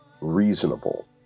reasonable